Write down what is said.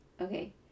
Okay